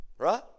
Right